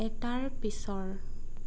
এটাৰ পিছৰ